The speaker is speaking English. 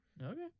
Okay